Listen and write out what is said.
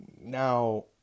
Now